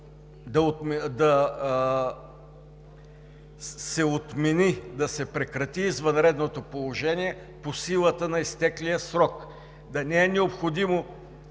да се отмени, да се прекрати извънредното положение по силата на изтеклия срок, да не е необходимо